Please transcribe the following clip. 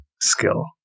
skill